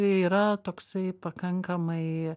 yra toksai pakankamai